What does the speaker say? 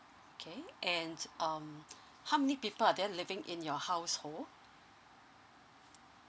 okay and um how many people are there living in your household